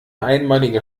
einmalige